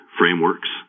frameworks